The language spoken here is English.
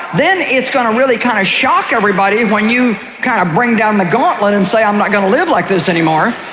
then it's going to really kind of shock everybody when you kind of bring down the gauntlet and say i'm not going to live like this anymore,